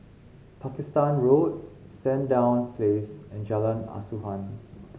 Pakistan Road Sandown Place and Jalan Asuhan